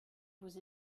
vous